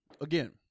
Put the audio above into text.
again